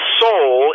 soul